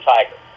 Tiger